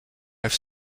have